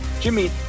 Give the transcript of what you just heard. Jimmy